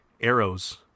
Arrows